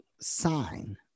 sign